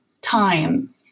time